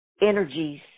energies